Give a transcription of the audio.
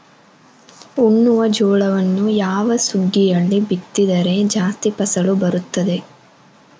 ಉಣ್ಣುವ ಜೋಳವನ್ನು ಯಾವ ಸುಗ್ಗಿಯಲ್ಲಿ ಬಿತ್ತಿದರೆ ಜಾಸ್ತಿ ಫಸಲು ಬರುತ್ತದೆ?